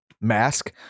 mask